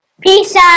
Pizza